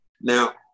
Now